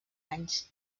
anys